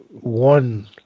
one